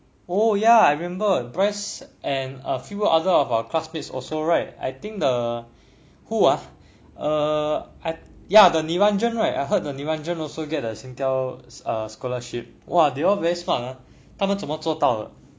oh ya I remember bryce and a few other of our classmates also right I think the who ah uh I ya the niranjan right I heard the niranjan also get a Singtel a scholarship !wah! they all very smart ah 他们怎么做到的